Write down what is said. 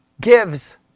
gives